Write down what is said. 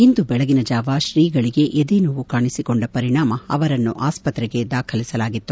ಇಂದು ಬೆಳಗಿನಜಾವ ಶ್ರೀಗಳಿಗೆ ಎದೆ ನೋವು ಕಾಣಿಸಿಕೊಂಡ ಪರಿಣಾಮ ಅವರನ್ನು ಅಸ್ವತ್ರೆಗೆ ದಾಖಲಿಸಲಾಗಿತ್ತು